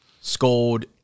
scold